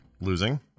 losing